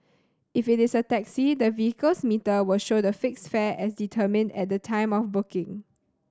if it is a taxi the vehicle's meter will show the fixed fare as determined at the time of booking